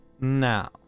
Now